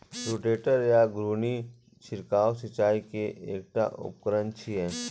rotator या घुर्णी छिड़काव सिंचाइ के एकटा उपकरण छियै